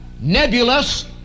nebulous